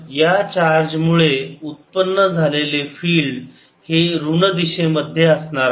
qr2 z तर या charge मुळे उत्पन्न झालेले फिल्ड हे ऋण दिशे मध्ये असणार आहे